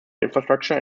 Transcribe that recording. infrastructure